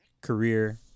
Career